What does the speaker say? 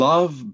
Love